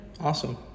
awesome